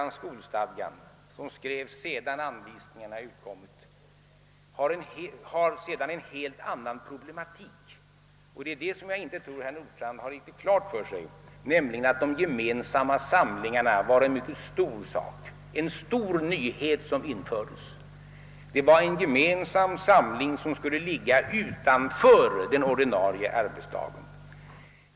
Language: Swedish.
Skolstadgan, som skrevs sedan anvisningarna utkommit, omfattar en helt annan problematik — och det är det som jag inte tror att herr Nordstrandh har riktigt klart för sig — nämligen att de gemensamma samlingarna var en mycket betydelsefull sak, en stor nyhet som infördes. Det var fråga om en gemensam samling som skulle ligga utanför den ordinarie arbetsdagen.